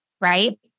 right